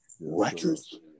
records